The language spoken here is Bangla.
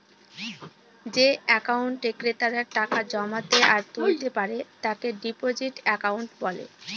যে একাউন্টে ক্রেতারা টাকা জমাতে আর তুলতে পারে তাকে ডিপোজিট একাউন্ট বলে